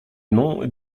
nom